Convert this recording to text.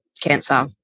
cancer